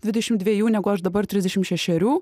dvidešimt dviejų negu aš dabar trisdešimt šešerių